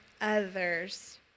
others